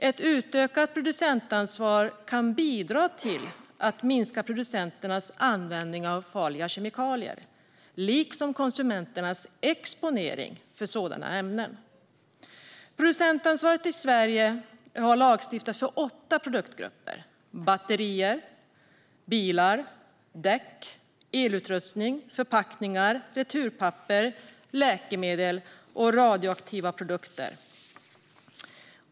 Ett utökat producentansvar kan bidra till att minska producenternas användning av farliga kemikalier, liksom konsumenternas exponering för sådana ämnen. I Sverige finns lagstiftning om producentansvar för åtta produktgrupper: batterier, bilar, däck, elutrustning, förpackningar, returpapper, läkemedel och radioaktiva produkter.